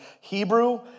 Hebrew